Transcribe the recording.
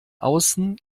außen